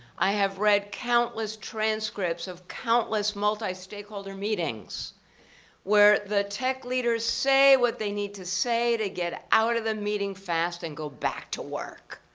i have read countless transcripts of countless multi-stakeholder meetings where the tech leaders say what they need to say to get out of the meeting fast and go back to work.